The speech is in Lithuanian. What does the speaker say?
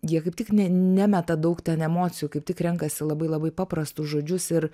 jie kaip tik ne nemeta daug ten emocijų kaip tik renkasi labai labai paprastus žodžius ir